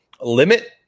limit